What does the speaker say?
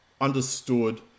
understood